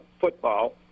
football